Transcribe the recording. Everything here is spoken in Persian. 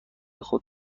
خود